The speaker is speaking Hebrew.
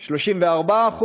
34%,